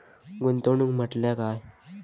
गुंतवणूक म्हटल्या काय?